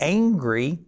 angry